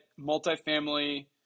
multifamily